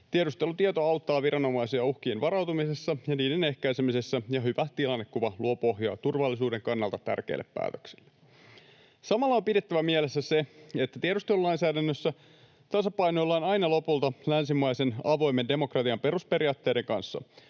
Tiedustelutieto auttaa viranomaisia uhkiin varautumisessa ja niiden ehkäisemisessä, ja hyvä tilannekuva luo pohjaa turvallisuuden kannalta tärkeille päätöksille. Samalla on pidettävä mielessä se, että tiedustelulainsäädännössä tasapainoillaan aina lopulta länsimaisen avoimen demokratian perusperiaatteiden kanssa.